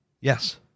Yes